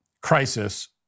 Crisis